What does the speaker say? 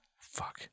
Fuck